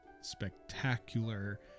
spectacular